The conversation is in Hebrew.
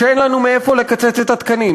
שאין לנו מאיפה לקצץ את התקנים.